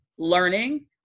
learning